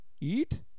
Eat